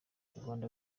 rwanda